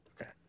Okay